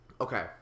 Okay